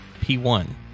P1